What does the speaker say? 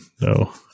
No